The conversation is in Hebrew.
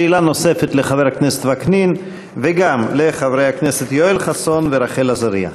שאלה נוספת לחבר הכנסת וקנין וגם לחברי הכנסת יואל חסון ורחל עזריה.